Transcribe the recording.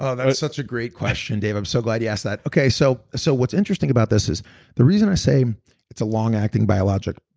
ah that was such a great question, dave. i'm so glad you asked that. so so what's interesting about this is the reason i say it's a long acting biologic,